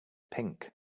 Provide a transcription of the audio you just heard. pink